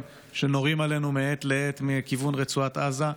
שנורים אלינו מעת לעת מכיוון רצועת עזה.